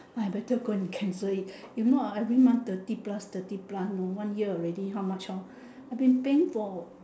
I better go and cancel it if not ah every month thirty plus thirty plus one year already how much hor I have been paying for